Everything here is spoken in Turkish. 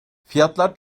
fiyatlar